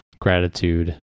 gratitude